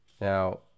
now